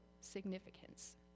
significance